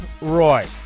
Roy